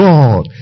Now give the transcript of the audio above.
God